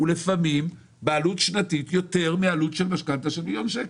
הוא לפעמים בעלות שנתית יותר מעלות של משכנתא של מיליון שקל,